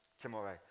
tomorrow